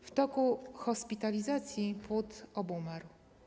W toku hospitalizacji płód obumarł.